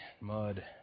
mud